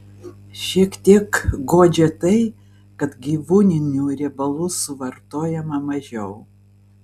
šiek tiek guodžia tai kad gyvūninių riebalų suvartojama mažiau